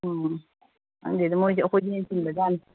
ꯎꯝ ꯈꯪꯗꯦꯗ ꯃꯣꯏꯁꯨ ꯑꯩꯈꯣꯏꯗꯩ ꯍꯦꯟꯅ ꯆꯤꯟꯕꯖꯥꯠꯅꯤ